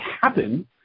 happen